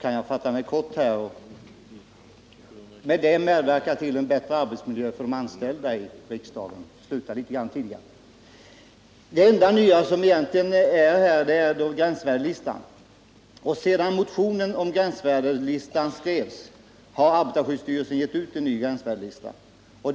kan jag fatta mig kort och därigenom medverka till en bättre arbetsmiljö för de anställda inom riksdagen som kan få sluta litet tidigare. Det enda nya som tillkommit i sammanhanget är gränsvärdeslistan. Sedan motionen om gränsvärdeslistan skrevs har arbetarskyddsstyrelsen givit ut en ny sådan.